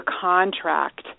contract